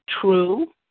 True